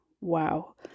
wow